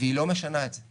והיא לא משנה את זה,